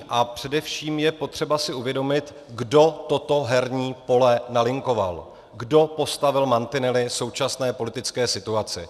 A především je potřeba si uvědomit, kdo toto herní pole nalinkoval, kdo postavil mantinely současné politické situaci.